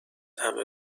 همه